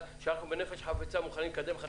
שאנחנו מוכנים בנפש חפצה לקדם את זה.